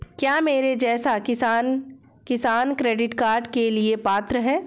क्या मेरे जैसा किसान किसान क्रेडिट कार्ड के लिए पात्र है?